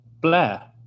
Blair